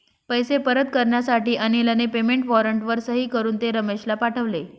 पैसे परत करण्यासाठी अनिलने पेमेंट वॉरंटवर सही करून ते रमेशला पाठवले